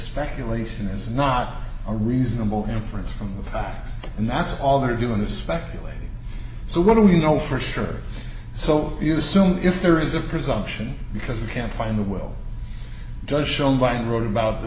speculation is not a reasonable inference from the pack and that's all they're doing the speculating so what do you know for sure so you assume if there is a presumption because you can't find the will does shown by and wrote about the